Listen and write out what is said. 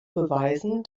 beweisen